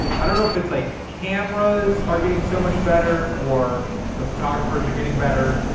i don't know, if it's like cameras are getting so much better, or the photographer's are getting better,